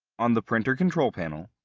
on the printer control panel,